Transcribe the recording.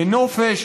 לנופש,